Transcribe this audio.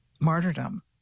martyrdom